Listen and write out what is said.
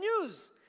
news